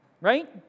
Right